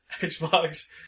Xbox